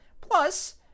Plus